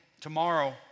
Tomorrow